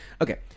okay